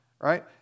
right